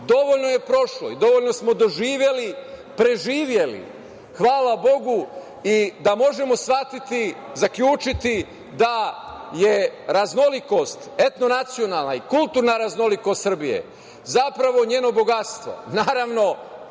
dovoljno je prošlo i dovoljno smo doživeli i preživeli. Hvala Bogu da možemo shvatiti i zaključiti da je raznolikost etno-nacionalna i kulturna raznolikost Srbije, zapravo njeno bogatstvo. Naravno,